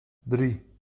drie